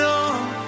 on